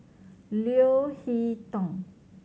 Leo Hee Tong